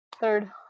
Third